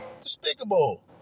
Despicable